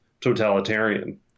totalitarian